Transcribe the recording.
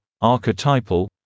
archetypal